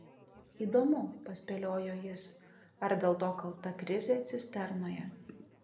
įdomu paspėliojo jis ar dėl to kalta krizė cisternoje